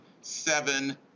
seven